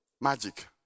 Magic